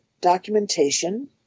documentation